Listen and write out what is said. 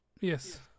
Yes